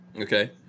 Okay